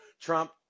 Trump